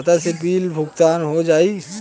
खाता से बिल के भुगतान हो जाई?